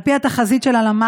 על פי התחזית של הלמ"ס,